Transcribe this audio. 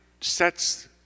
sets